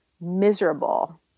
miserable